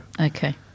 Okay